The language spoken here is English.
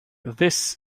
this